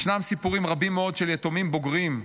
ישנם סיפורים רבים מאוד של יתומים בוגרים.